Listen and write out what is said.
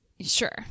Sure